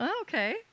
okay